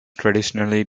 traditionally